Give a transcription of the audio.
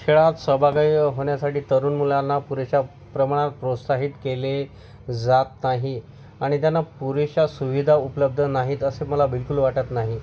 खेळात सहभागी होण्यासाठी तरुण मुलांना पुरेशा प्रमाणात प्रोत्साहित केले जात नाही आणि त्यांना पुरेशा सुविधा उपलब्ध नाहीत असं मला बिलकुल वाटत नाही